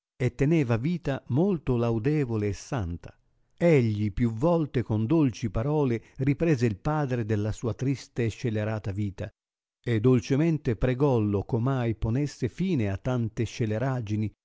e teneva vita molto laudevole e santa egli più volte con dolci parole riprese il padre della sua trista e scelerata vita e dolcemente pregollo eh omai ponesse fine a tante sceleragini